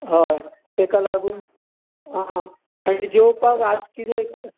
हय तेका लागून आं आनी जेवपाक आज कितें